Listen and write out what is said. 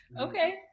okay